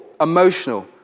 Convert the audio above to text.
emotional